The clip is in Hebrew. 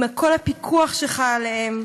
עם כל הפיקוח שחל עליהם,